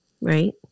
Right